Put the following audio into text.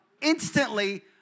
instantly